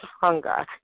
hunger